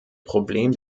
problem